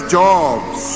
jobs